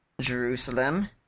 Jerusalem